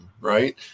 Right